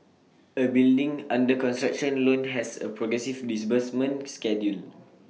A building under construction loan has A progressive disbursement schedule